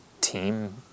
team